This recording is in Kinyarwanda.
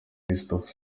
christopher